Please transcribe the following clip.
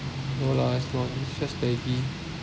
no lah is not it's just laggy